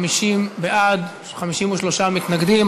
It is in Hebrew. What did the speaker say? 50 בעד, 53 מתנגדים.